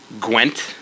Gwent